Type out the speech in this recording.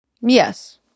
Yes